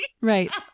right